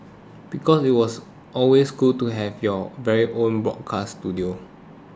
because it was always cool to have your very own broadcast studio